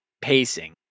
pacing